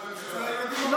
זה התפקיד של ראש ממשלה.